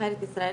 בנבחרת ישראל,